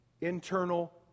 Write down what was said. internal